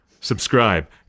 subscribe